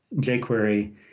jQuery